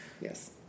Yes